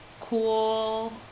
cool